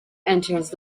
enters